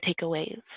takeaways